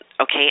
Okay